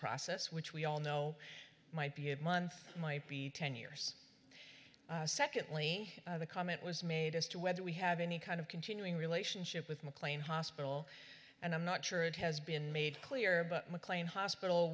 process which we all know might be a month might be ten years secondly the comment was made as to whether we have any kind of continuing relationship with mclean hospital and i'm not sure it has been made clear but mclean hospital